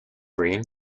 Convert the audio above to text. green